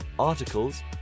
articles